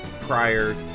prior